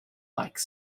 like